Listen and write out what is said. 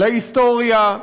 להיסטוריה,